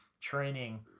training